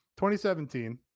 2017